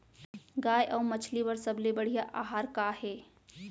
गाय अऊ मछली बर सबले बढ़िया आहार का हे?